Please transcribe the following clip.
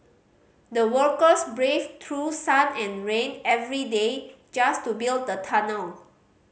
the workers braved through sun and rain every day just to build the tunnel